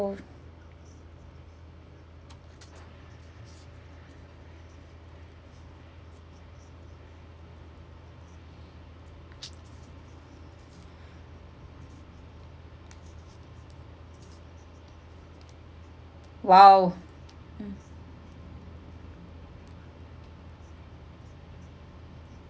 !wow!